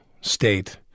state